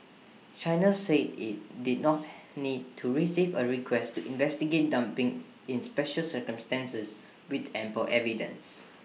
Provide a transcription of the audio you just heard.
China said IT did not need to receive A request to investigate dumping in special circumstances with ample evidence